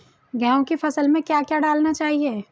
गेहूँ की फसल में क्या क्या डालना चाहिए?